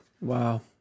Wow